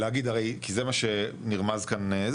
כי זה מה שנרמז כאן,